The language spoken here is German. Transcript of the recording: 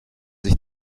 sich